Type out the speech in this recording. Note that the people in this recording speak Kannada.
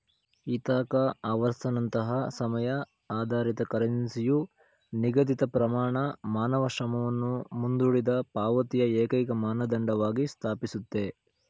ಇಥಾಕಾ ಅವರ್ಸ್ನಂತಹ ಸಮಯ ಆಧಾರಿತ ಕರೆನ್ಸಿಯು ನಿಗದಿತಪ್ರಮಾಣ ಮಾನವ ಶ್ರಮವನ್ನು ಮುಂದೂಡಿದಪಾವತಿಯ ಏಕೈಕಮಾನದಂಡವಾಗಿ ಸ್ಥಾಪಿಸುತ್ತೆ